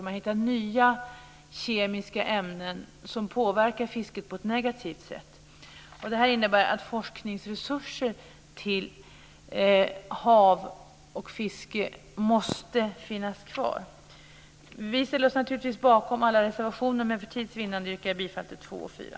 Man hittar nya kemiska ämnen som påverkar fisket på ett negativt sätt. Detta innebär att forskningsresurserna till hav och fiske måste finnas kvar. Vi ställer oss naturligtvis bakom alla reservationer, men för tids vinnande yrkar jag bifall till 2 och 4.